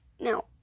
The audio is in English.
Now